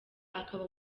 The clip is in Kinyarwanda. akaba